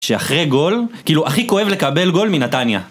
שאחרי גול, כאילו, הכי כואב לקבל גול מנתניה.